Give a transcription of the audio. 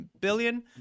billion